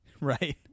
Right